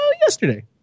yesterday